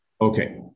Okay